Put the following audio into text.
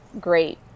great